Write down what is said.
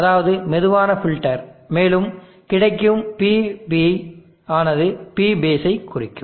அதாவது மெதுவான ஃபில்டர் மேலும்கிடைக்கும் PB ஆனது P பேஸ் ஐ குறிக்கும்